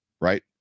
right